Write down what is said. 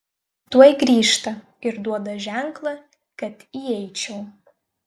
tuoj grįžta ir duoda ženklą kad įeičiau